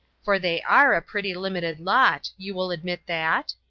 for they are a pretty limited lot, you will admit that?